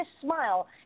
smile